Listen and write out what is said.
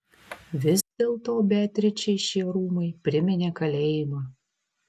vis dėlto beatričei šie rūmai priminė kalėjimą